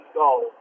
goal